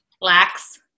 lax